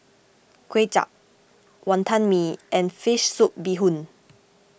Kway Chap Wonton Mee and Fish Soup Bee Hoon